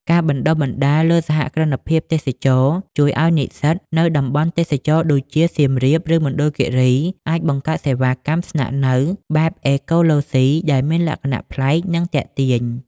ការបណ្ដុះបណ្ដាលលើ "សហគ្រិនភាពទេសចរណ៍" ជួយឱ្យនិស្សិតនៅតំបន់ទេសចរណ៍ដូចជា សៀមរាប ឬមណ្ឌលគិរី អាចបង្កើតសេវាកម្មស្នាក់នៅបែបអេកូឡូស៊ី ដែលមានលក្ខណៈប្លែក និងទាក់ទាញ។